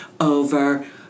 over